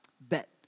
bet